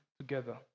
together